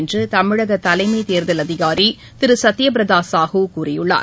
என்று தமிழக தலைமை தேர்தல் அதிகாரி திரு சத்ய பிரதா சாஹூ கூறியுள்ளார்